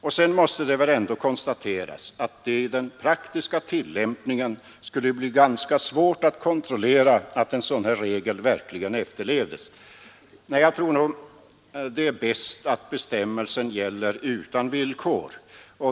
Och sedan måste det väl ändå konstateras att det i den praktiska tillämpningen skulle bli ganska svårt att kontrollera att en sådan här regel verkligen efterlevdes. Nej, jag tror nog att det är bäst att bestämmelsen gäller utan villkor.